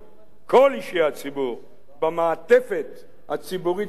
כל אישי הציבור במעטפת הציבורית של מגרון,